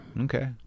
Okay